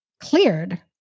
cleared